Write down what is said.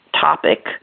topic